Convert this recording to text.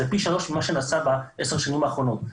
זה פי שלושה ממה שנעשה בעשר השנים האחרונות.